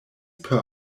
per